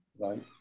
right